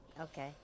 Okay